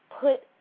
put